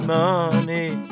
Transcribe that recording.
money